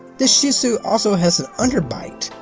the shih tzu also has an underbite,